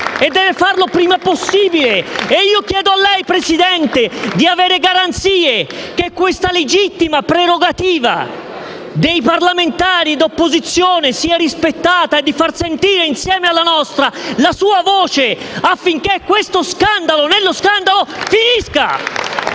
e deve farlo il prima possibile. Chiedo a lei, Presidente, di avere garanzie che questa legittima prerogativa dei parlamentari di opposizione sia rispettata e di far sentire, insieme alla nostra, la sua voce affinché questo scandalo nello scandalo finisca.